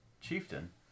chieftain